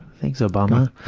thanks, obama.